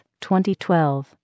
2012